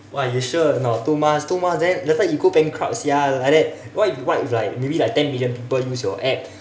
!wah! you sure or not two months two months then later you go bankrupt sia like that what if what if you like maybe you like ten million people use your app